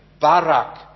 Barak